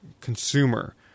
consumer